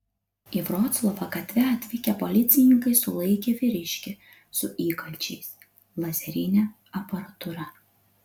į vroclavo gatvę atvykę policininkai sulaikė vyriškį su įkalčiais lazerine aparatūra